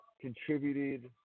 contributed